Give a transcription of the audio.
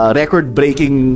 record-breaking